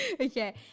Okay